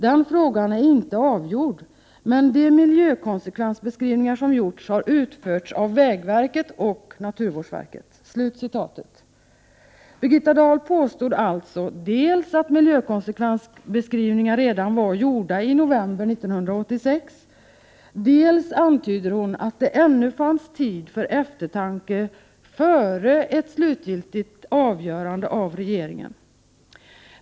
Den frågan är inte avgjord, men de miljökonsekvensbeskrivningar som gjorts har utförts av vägverket och naturvårdsverket.” Birgitta Dahl påstod alltså dels att miljökonsekvensbeskrivningar redan var gjorda i november 1986, dels antydningsvis att det ännu fanns tid för eftertanke före ett slutgiltigt avgörande av regeringen.